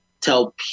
tell